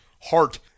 heart